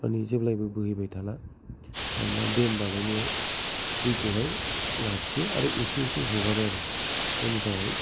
माने जेब्लाबो बोहैबाय थाला मानोना देम बानायनायाव दैखौहाय लाखियो आरो एसे एसे हगारो आरो जायनि थाखाय